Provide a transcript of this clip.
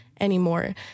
anymore